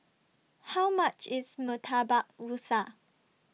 How much IS Murtabak Rusa